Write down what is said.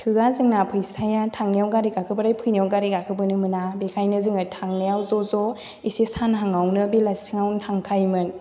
थोआ जोंना फैसाया थांनायाव गारि गाखोबाथाय फैनायाव गारि गाखोबोनो मोना बेनिखायनो जोङो थांनायाव ज' ज' एसे सानहांआवनो बेलासियावनो थांखायोमोन